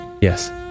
Yes